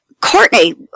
Courtney